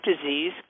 disease